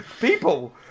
People